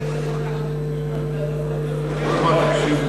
כהצעת הוועדה, נתקבל.